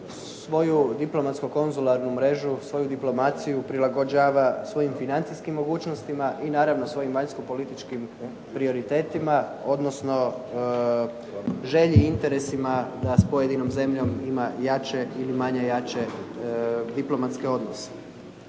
svoju diplomatsko-konzularnu mrežu, svoju diplomaciju prilagođava svojim financijskim mogućnostima i naravno svojim vanjsko-političkim prioritetima, odnosno želji i interesima da s pojedinom zemljom ima jače ili manje jače diplomatske odnose.